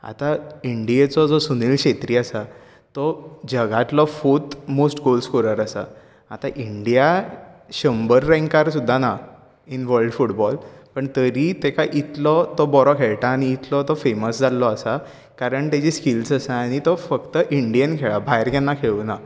आता इंडियेचो जो सुनील छेत्री आसा तो जगांतलो फोर्त मोस्ट गोल स्कोरर आसा आता इंडिया शंभर रेंकार सुद्दां ना इन वल्ड फुटबॉल पूण तरी तेका इतलो तो बरो खेळटा आनी इतलो तो फेमस जाल्लो आसा कारण ताचे स्कील्स आसात आनी तो फक्त इंडियेंत खेळ्ळा भायर केन्ना खेळूंक ना